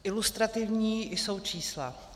Ilustrativní jsou čísla.